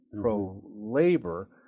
pro-labor